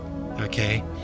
okay